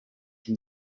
from